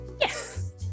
Yes